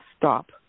stop